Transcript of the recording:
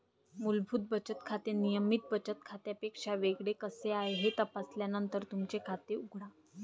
मूलभूत बचत खाते नियमित बचत खात्यापेक्षा वेगळे कसे आहे हे तपासल्यानंतरच तुमचे खाते उघडा